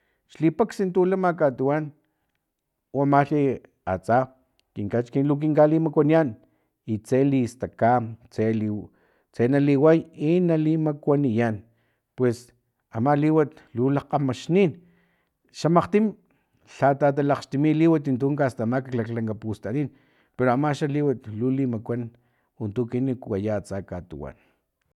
Xlipaksa tu lama katuwan umalhi atsa ki kachikin lu kin kalimakuaniyan i tse listaka tse liu itse naliway i nali makuaniyan pues ama liwat lu lakgamaxnin xamakgtim lhatata lakgxtimi liwat untu kastamak laklanka pustanin pero amaxa liwat lu limakuan untu ekinan kuaya atsa katuwan